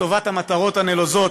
לטובת המטרות הנלוזות